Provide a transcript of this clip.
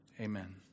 Amen